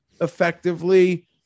effectively